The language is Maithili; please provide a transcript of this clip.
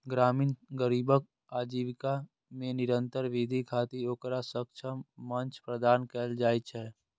ग्रामीण गरीबक आजीविका मे निरंतर वृद्धि खातिर ओकरा सक्षम मंच प्रदान कैल जाइ छै